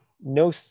no